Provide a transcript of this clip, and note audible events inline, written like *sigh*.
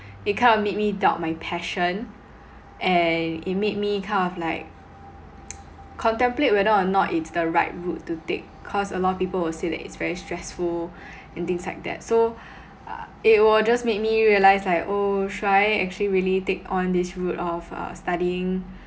it kind of made me doubt my passion and it made me kind of like *noise* contemplate whether or not it's the right route to take cause a lot of people will say that it's very stressful and things like that so uh it will just make me realise like oh should I really take on this route of uh studying